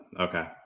Okay